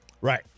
Right